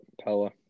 Pella